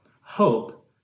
hope